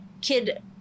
kid